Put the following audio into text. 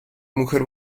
mujer